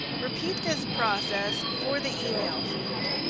repeat this process for the email field.